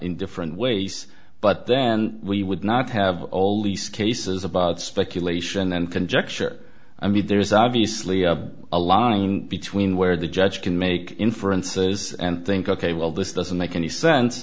in different ways but then we would not have olisa cases about speculation and conjecture i mean there is obviously a line between where the judge can make inferences and think ok well this doesn't make any sense